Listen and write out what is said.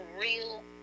real